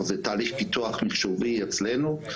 אבל זה תהליך פיתוח מחשובי אצלנו,